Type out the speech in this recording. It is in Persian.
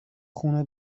خونه